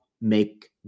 make